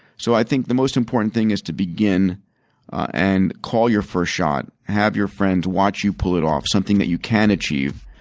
so, i think the most important thing is to begin and call your first shot, have your friends watch you pull it off, something that you can achieve,